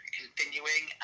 continuing